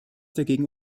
dagegen